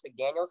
McDaniels